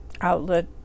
outlet